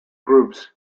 groups